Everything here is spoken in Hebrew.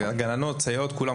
גננות, סייעות - כולם.